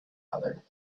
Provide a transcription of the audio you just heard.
other